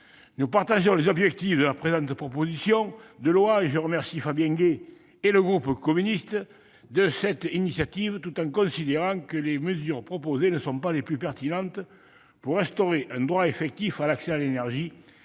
souscrivons aux objectifs de la présente proposition de loi et je remercie Fabien Gay et le groupe CRCE de cette initiative, tout en considérant que les mesures proposées ne sont pas les plus pertinentes pour instaurer un droit effectif à l'accès à l'énergie